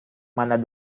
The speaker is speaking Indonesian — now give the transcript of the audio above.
mana